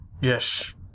yes